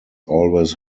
always